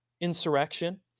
insurrection